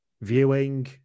viewing